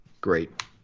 Great